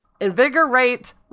Invigorate